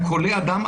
אתה כולא אדם,